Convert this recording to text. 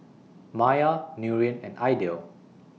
Maya Nurin and Aidil